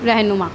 رہنما